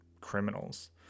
criminals